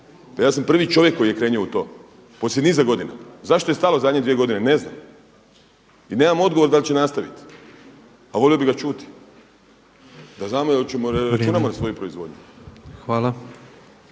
Pa ja sam prvi čovjek koji je krenuo u to poslije niza godina. Zašto je stalo zadnjih dvije godine? Ne znam i nemam odgovor da li će nastavit, a volio … …/Upadica predsjednik: Vrijeme./… … bih ga čuti da znamo da računamo na svoju proizvodnju.